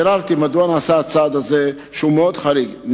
ביררתי מדוע נעשה הצעד המאוד-חריג הזה,